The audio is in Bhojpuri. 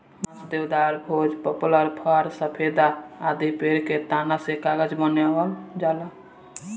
बांस, देवदार, भोज, पपलर, फ़र, सफेदा आदि पेड़न के तना से कागज बनावल जाला